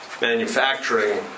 manufacturing